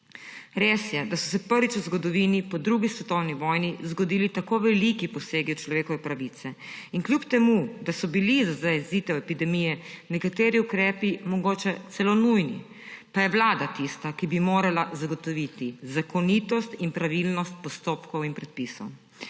Res je, da so se prvič v zgodovini po 2. svetovni vojni zgodili tako veliki posegi v človekove pravice. In čeprav so bili za zajezitev epidemije nekateri ukrepi mogoče celo nujni, pa je Vlada tista, ki bi morala zagotoviti zakonitost in pravilnost postopkov in predpisov.